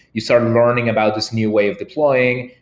you start learning about this new way of deploying.